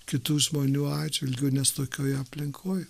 kitų žmonių atžvilgiu nes tokioj aplinkoj